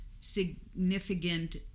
significant